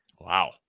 Wow